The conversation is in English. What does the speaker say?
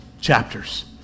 chapters